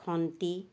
খন্তি